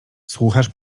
słuchasz